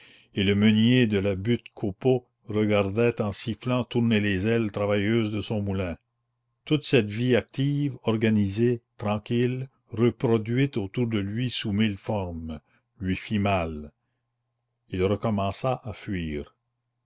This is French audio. et le meunier de la butte copeaux regardait en sifflant tourner les ailes travailleuses de son moulin toute cette vie active organisée tranquille reproduite autour de lui sous mille formes lui fit mal il recommença à fuir